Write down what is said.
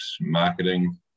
marketing